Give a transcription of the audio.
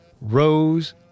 Rose